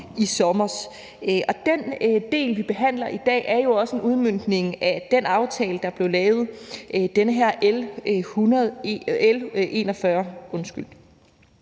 i sommer, og den del, vi behandler i dag, L 41, er jo også en udmøntning af den aftale, der blev lavet. Det her lovforslag